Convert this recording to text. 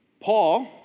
Paul